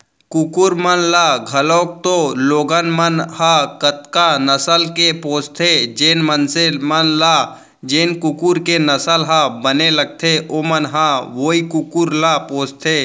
कुकुर मन ल घलौक तो लोगन मन ह कतका नसल के पोसथें, जेन मनसे मन ल जेन कुकुर के नसल ह बने लगथे ओमन ह वोई कुकुर ल पोसथें